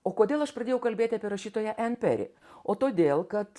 o kodėl aš pradėjau kalbėti apie rašytoją en peri o todėl kad